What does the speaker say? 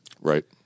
right